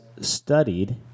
studied